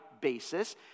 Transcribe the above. basis